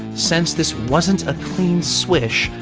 since this wasn't a clean swish,